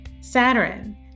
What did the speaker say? Saturn